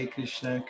Krishna